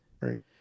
Right